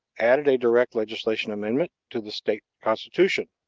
added a direct legislation amendment to the state constitution.